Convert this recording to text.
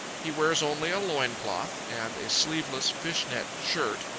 he wears only a loin-cloth and a sleeveless fish-net shirt.